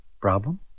Problem